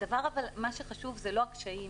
מה שחשוב זה לא הקשיים